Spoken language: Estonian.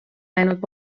läinud